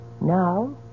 Now